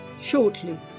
shortly